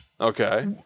Okay